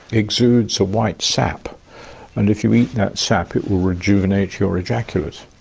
exudes a white sap and if you eat that sap it will rejuvenate your ejaculate.